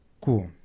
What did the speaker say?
Cool